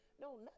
no